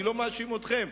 אני לא מאשים אתכם.